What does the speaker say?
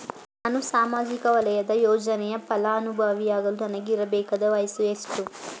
ನಾನು ಸಾಮಾಜಿಕ ವಲಯದ ಯೋಜನೆಯ ಫಲಾನುಭವಿಯಾಗಲು ನನಗೆ ಇರಬೇಕಾದ ವಯಸ್ಸುಎಷ್ಟು?